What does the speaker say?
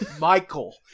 Michael